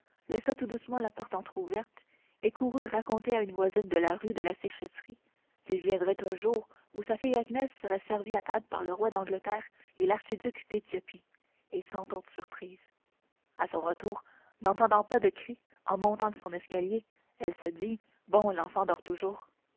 laissa tout doucement la porte entr'ouverte et courut raconter à une voisine de la rue de la séchesserie qu'il viendrait un jour où sa fille agnès serait servie à table par le roi d'angleterre et l'archiduc d'éthiopie et cent autres surprises à son retour n'entendant pas de cris en montant son escalier elle se dit bon l'enfant dort toujours